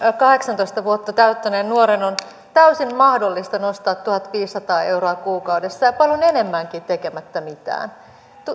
kahdeksantoista vuotta täyttäneen nuoren on täysin mahdollista nostaa tuhatviisisataa euroa kuukaudessa ja paljon enemmänkin tekemättä mitään